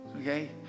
Okay